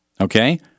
okay